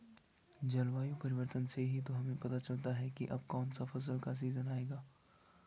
जलवायु परिवर्तन से ही तो हमें यह पता चलता है की अब कौन सी फसल का सीजन आयेगा